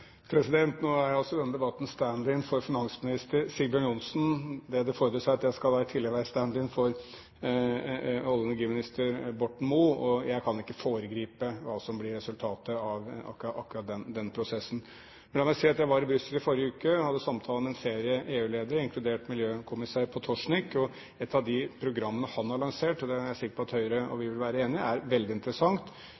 Nå er jeg i denne debatten stand in for finansminister Sigbjørn Johnsen. Det det fordres her, er at jeg i tillegg skal være stand in for olje- og energiminister Borten Moe. Jeg kan ikke foregripe hva som blir resultatet av akkurat den prosessen. Men la meg si at jeg var i Brussel i forrige uke og hadde samtaler med en serie EU-ledere, inkludert miljøkommissær Potocnik. Et av de programmene han har lansert, og det er jeg sikker på at Høyre og